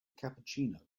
cappuccino